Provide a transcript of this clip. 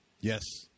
Yes